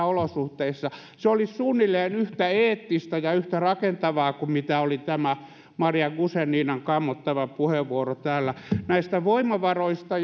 olosuhteissa se olisi suunnilleen yhtä eettistä ja yhtä rakentavaa kuin mitä oli tämä maria guzeninan kammottava puheenvuoro täällä näistä voimavaroista